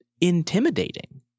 intimidating